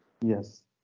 Yes